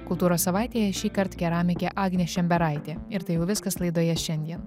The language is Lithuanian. kultūros savaitėje šįkart keramikė agnė šemberaitė ir tai jau viskas laidoje šiandien